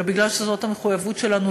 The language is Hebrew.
אלא כי זאת המחויבות שלנו,